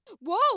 Whoa